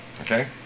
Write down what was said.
Okay